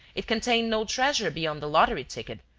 it contained no treasure beyond the lottery-ticket,